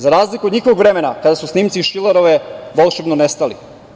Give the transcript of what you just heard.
Za razliku od njihovog vremena kada su snimci iz Šilerove boljševno nestali.